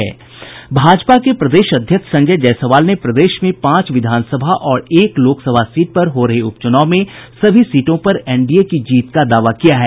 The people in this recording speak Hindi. भाजपा के प्रदेश अध्यक्ष संजय जायसवाल ने प्रदेश में पांच विधानसभा और एक लोकसभा सीट पर हो रहे उप चुनाव में सभी सीटों पर एनडीए की जीत का दावा किया है